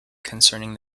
concerning